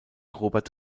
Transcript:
robert